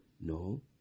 No